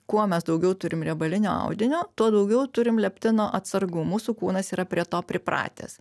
kuo mes daugiau turim riebalinio audinio tuo daugiau turim leptino atsargų mūsų kūnas yra prie to pripratęs